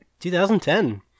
2010